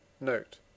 note